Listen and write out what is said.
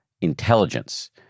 intelligence